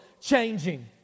changing